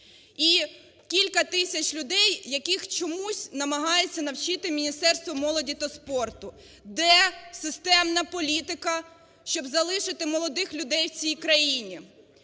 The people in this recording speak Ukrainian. і кілька тисяч людей, яких чомусь намагається навчити Міністерство молоді та спорту. Де системна політика, щоб залишити молодих людей в цій країні?